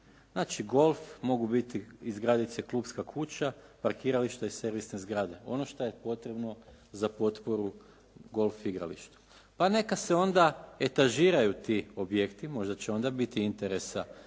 Znači golf mogu biti, izgraditi se klupska kuća, parkiralište i servisne zgrade. Ono šta je potrebno za potporu golf igralištu. Pa neka se onda etažiraju ti objekti, možda će onda biti interesa